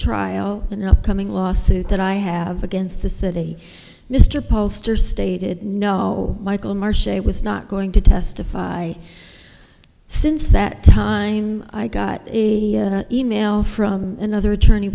and upcoming lawsuit that i have against the city mr pollster stated no michael march was not going to testify since that time i got a e mail from another attorney